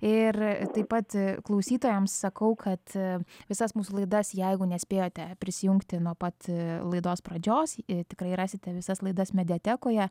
ir taip pat klausytojams sakau kad visas mūsų laidas jeigu nespėjote prisijungti nuo pat laidos pradžios tikrai rasite visas laidas mediatekoje